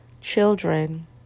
children